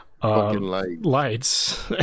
Lights